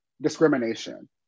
discrimination